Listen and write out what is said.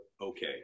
okay